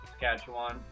Saskatchewan